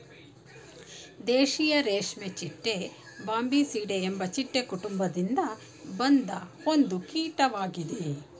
ದೇಶೀಯ ರೇಷ್ಮೆಚಿಟ್ಟೆ ಬಾಂಬಿಸಿಡೆ ಎಂಬ ಚಿಟ್ಟೆ ಕುಟುಂಬದಿಂದ ಬಂದ ಒಂದು ಕೀಟ್ವಾಗಿದೆ